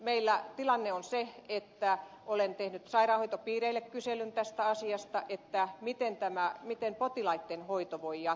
meillä tilanne on se että olen tehnyt sairaanhoitopiireille kyselyn tästä asiasta miten potilaitten hoito voi jatkua